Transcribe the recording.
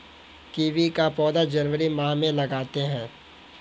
kiwi का पौधा जनवरी माह में लगाते हैं